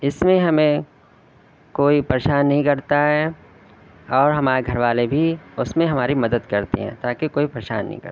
اس میں ہمیں کوئی پریشان نہیں کرتا ہے اور ہمارے گھر والے بھی اس میں ہماری مدد کرتے ہیں تاکہ کوئی پریشان نہ ہو